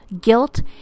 guilt